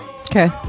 Okay